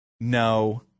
no